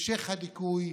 המשך הדיכוי,